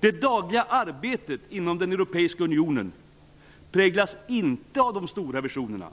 Det dagliga arbetet inom den europeiska unionen präglas inte av de stora visionerna.